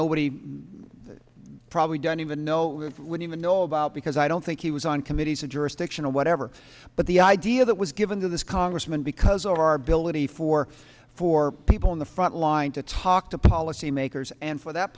nobody probably don't even know when you would know about because i don't think he was on committees of jurisdiction or whatever but the idea that was given to this congressman because of our ability for four people in the front line to talk to policymakers and for that